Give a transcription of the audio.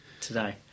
today